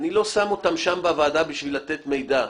הגורמים בוועדה בשביל לתת מידע,